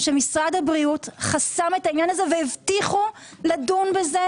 שמשרד הבריאות חסם את העניין הזה והבטיחו לדון בזה